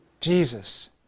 Jesus